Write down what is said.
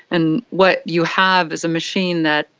and what you have is a machine that,